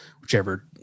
whichever